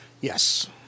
Yes